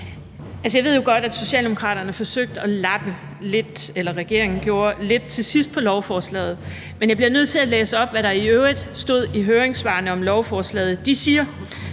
Jeg ved jo godt, at regeringen forsøgte at lappe lidt på lovforslaget til sidst, men jeg bliver nødt til at læse op, hvad der i øvrigt stod i høringssvarene om lovforslaget. De siger: